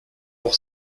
pour